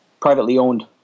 privately-owned